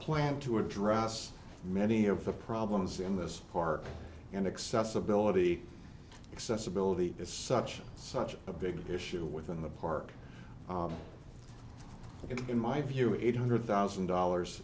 plan to address many of the problems in this park and acceptability accessibility is such such a big issue within the park it's in my view it hundred thousand dollars